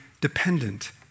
dependent